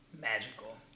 Magical